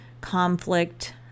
conflict